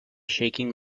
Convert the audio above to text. shaking